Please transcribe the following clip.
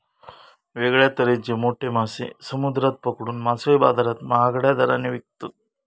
वेगळ्या तरेचे मोठे मासे समुद्रात पकडून मासळी बाजारात महागड्या दराने विकतत